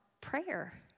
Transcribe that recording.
prayer